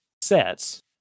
sets